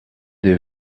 des